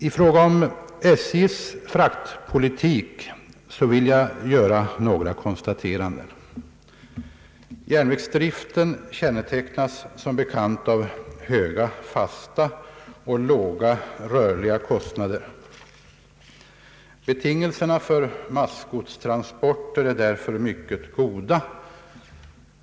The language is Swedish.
I fråga om SJ:s fraktpolitik vill jag göra några konstateranden, Järnvägsdriften kännetecknas som bekant av höga fasta och låga rörliga kostnader. Betingelserna för massgodstransporter är därför mycket goda.